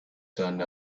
turned